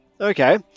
Okay